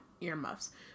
earmuffs